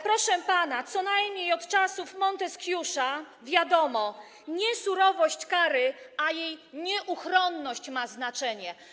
Proszę pana, co najmniej od czasów Monteskiusza wiadomo - nie surowość kary, ale jej nieuchronność ma znaczenie.